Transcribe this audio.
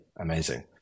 amazing